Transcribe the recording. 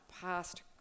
past